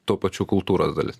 tuo pačių kultūros dalis